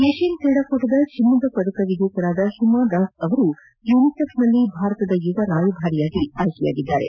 Asian ಕ್ರೀಡಾಕೂಟದ ಚಿನ್ನದ ಪದಕ ವಿಜೇತೆ ಹಿಮಾದಾಸ್ ಅವರು ಯುನಿಸೆಫ್ನಲ್ಲಿ ಭಾರತದ ಯುವ ರಾಯಭಾರಿಯಾಗಿ ಆಯ್ನೆಗೊಂಡಿದ್ದಾರೆ